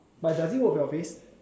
but does it work for your face